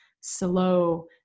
slow